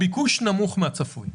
הביקוש נמוך מהצפוי.